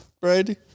Brady